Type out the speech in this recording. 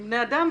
הם בני אדם.